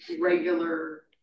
regular